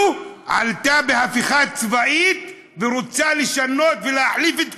עלתה בהפיכה צבאית ורוצה לשנות ולהחליף את כולם.